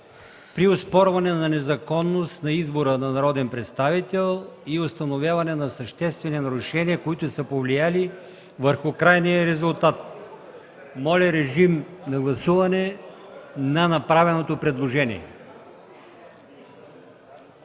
„При оспорване на незаконност на избор на народен представител и установяване на съществени нарушения, които са повлияли върху крайния резултат”. Моля, режим на гласуване на направеното предложение.